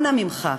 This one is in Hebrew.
אנא ממך,